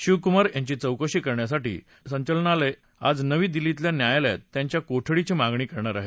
शिवकुमार यांची चौकशी करण्यासाठी संचालनालय आज नवी दिल्लीतल्या न्यायालयात त्यांच्या कोठडीची मागणी करणार आहे